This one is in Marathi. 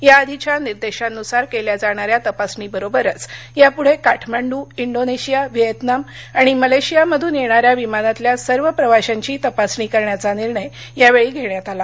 याआधीच्या निर्देशांनुसार केल्या जाणाऱ्या तपासणीबरोबरच यापुढे काठमांडू इंडोनेशिया व्हीएतनाम आणि मलेशियामधून येणाऱ्या विमानातल्या सर्व प्रवाशांची तपासणी करण्याचा निर्णय यावेळी घेण्यात आला